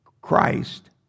Christ